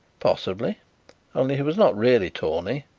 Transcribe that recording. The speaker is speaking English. possibly. only he was not really tawny.